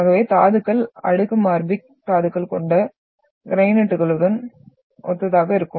ஆகவே தாதுக்கள் அடுக்கு மாஃபிக் தாதுக்கள் கொண்ட கிரானைட்டுடன் ஒத்ததாக இருக்கும்